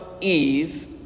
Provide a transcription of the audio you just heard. Eve